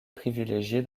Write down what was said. privilégié